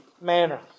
manner